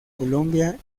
colombia